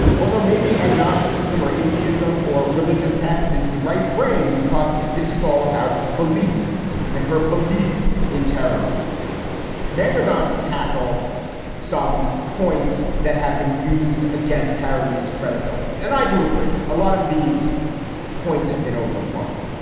although maybe agnosticism or athie ism or religious text is the right frame because this is all about belief and her belief in terror. read mango's on to tackle some points that have been used against harry reid's credibility. and i do agree a lot of these points have been overblown,